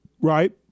right